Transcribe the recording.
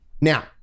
Now